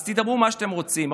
אז תגידו מה שאתם רוצים,